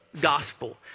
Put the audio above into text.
gospel